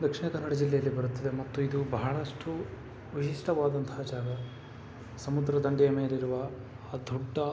ದಕ್ಷಿಣ ಕನ್ನಡ ಜಿಲ್ಲೆಯಲ್ಲಿ ಬರುತ್ತದೆ ಮತ್ತು ಇದು ಬಹಳಷ್ಟು ವಿಶಿಷ್ಟವಾದಂತಹ ಜಾಗ ಸಮುದ್ರ ದಂಡೆಯ ಮೇಲಿರುವ ಆ ದೊಡ್ಡ